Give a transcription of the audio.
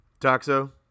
Toxo